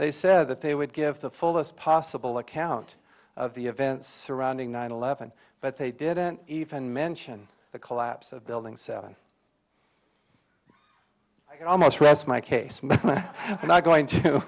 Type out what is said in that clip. they said that they would give the fullest possible account of the events surrounding nine eleven but they didn't even mention the collapse of building seven i can almost rest my case my not going to